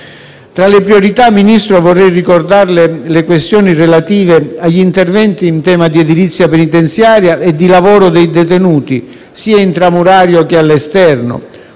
Tra le priorità, Ministro, vorrei ricordarle le questioni relative agli interventi in tema di edilizia penitenziaria e di lavoro dei detenuti, sia intramurario che esterno,